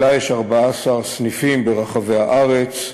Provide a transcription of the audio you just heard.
שלה יש 14 סניפים ברחבי הארץ,